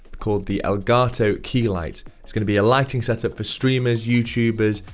called the elgato key light. it's going to be a lighting setup for streamers, youtubers,